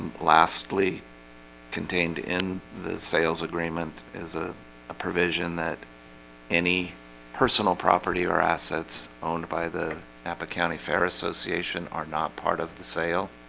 lastly contained in the sales agreement is a provision that any personal property or assets owned by the napa county fair association are not part of the sale